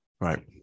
Right